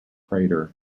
crater